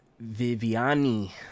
Viviani